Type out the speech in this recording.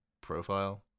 profile